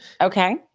Okay